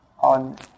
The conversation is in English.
on